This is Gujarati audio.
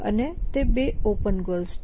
અને તે 2 ઓપન ગોલ્સ છે